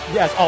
Yes